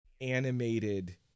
animated